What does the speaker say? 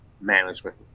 management